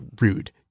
rude